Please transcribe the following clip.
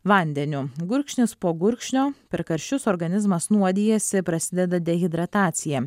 vandeniu gurkšnis po gurkšnio per karščius organizmas nuodijasi prasideda dehidratacija